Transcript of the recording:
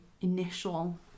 initial